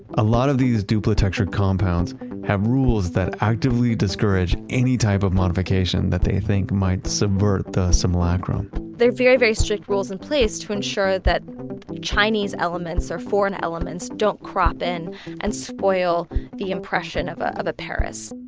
a lot of these duplitecture compounds have rules that actively discourage any type of modification that they think might subvert the simulacrum very, very strict rules in place to ensure that chinese elements or foreign elements don't crop in and spoil the impression of ah of a paris.